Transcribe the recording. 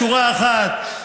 בשורה אחת.